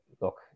look